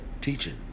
teaching